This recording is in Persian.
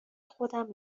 خودم